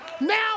now